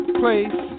place